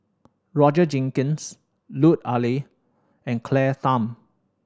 Roger Jenkins Lut Ali and Claire Tham